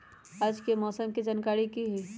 आज के मौसम के जानकारी कि हई?